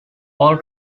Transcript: all